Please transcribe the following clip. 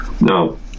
No